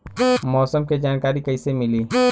मौसम के जानकारी कैसे मिली?